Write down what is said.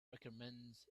recommends